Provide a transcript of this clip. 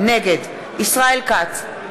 נגד ישראל כץ,